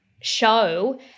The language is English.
show